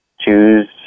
choose